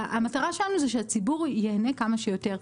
המטרה שלנו היא שהציבור ייהנה כמה שיותר,